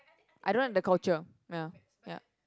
I don't like the culture ya ya